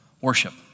Worship